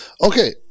Okay